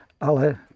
Ale